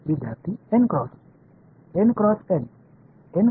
विद्यार्थीः N cross